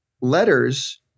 letters